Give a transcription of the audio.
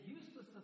useless